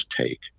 take